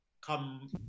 come